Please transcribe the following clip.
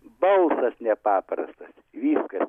balsas nepaprastas viskas